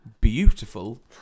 beautiful